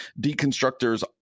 deconstructors